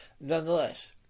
nonetheless